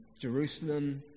Jerusalem